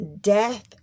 death